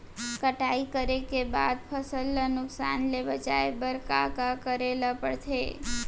कटाई करे के बाद फसल ल नुकसान ले बचाये बर का का करे ल पड़थे?